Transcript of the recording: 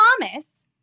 Thomas